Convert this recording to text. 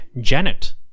Janet